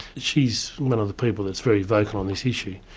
she's one of the people that's very vocal on this issue,